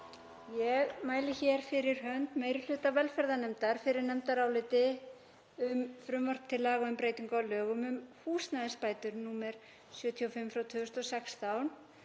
Ég mæli hér fyrir hönd meiri hluta velferðarnefndar fyrir nefndaráliti um frumvarp til laga um breytingu á lögum um húsnæðisbætur, nr. 75/2016.